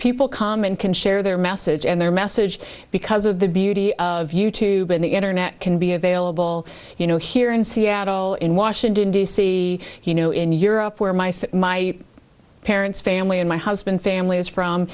people come and can share their message and their message because of the beauty of you tube and the internet can be available you know here in seattle in washington d c you know in europe where my my parents family and my husband family is from